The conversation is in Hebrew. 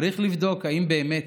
צריך לבדוק אם באמת,